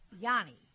Yanni